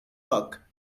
cock